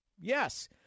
Yes